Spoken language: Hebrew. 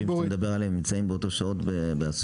הרופאים שאתה מדבר עליהם נמצאים באותם שעות באסותא?